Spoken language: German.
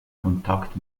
kontakt